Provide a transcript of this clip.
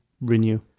renew